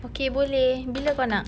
okay boleh bila kau nak